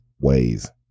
ways